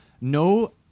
No